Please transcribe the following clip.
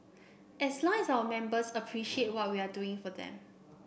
as long as our members appreciate what we are doing for them